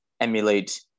emulate